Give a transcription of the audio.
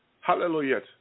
Hallelujah